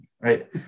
right